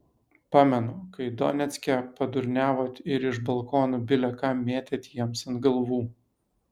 pamenu kai donecke padurniavot ir iš balkonų bile ką mėtėt jiems ant galvų